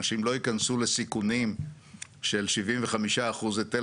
אנשים לא ייכנסו לסיכונים של 75% היטל